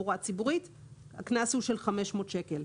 הקנס הוא 500 שקלים.